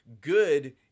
good